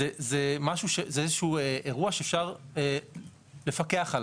זה משהו, זה איזה שהוא אירוע שאפשר לפקח עליו.